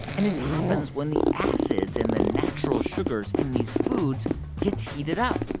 and it happens when the acids in the natural sugars in these foods gets heated up.